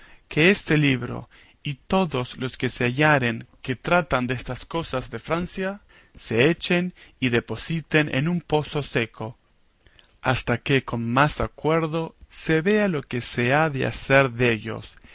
que este libro y todos los que se hallaren que tratan destas cosas de francia se echen y depositen en un pozo seco hasta que con más acuerdo se vea lo que se ha de hacer dellos